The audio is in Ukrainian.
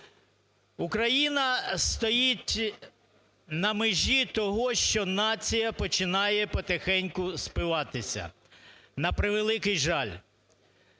Україна стоїть на межі того, що нація починає потихеньку спиватися, на превеликий жаль.